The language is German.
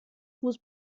fuß